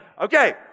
okay